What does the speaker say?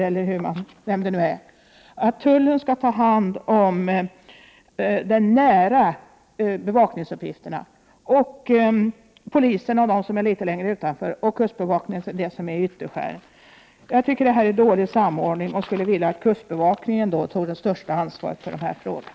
Tanken är nu att tullen skall sköta den kustnära bevakningsuppgiften, polisen de bevakningsuppgifter som ligger något längre ut och kustbevakningen de bevakningsuppgifter som gäller ytterskärgården. Detta är dålig samordning. Jag skulle vilja att kustbevakningen tog det största ansvaret för sjöräddningen.